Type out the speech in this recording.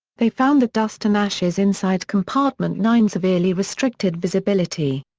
they found that dust and ashes inside compartment nine severely restricted visibility.